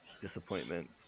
disappointment